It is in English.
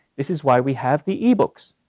this is why we have the e-books,